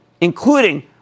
including